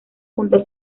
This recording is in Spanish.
junto